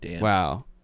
Wow